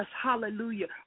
hallelujah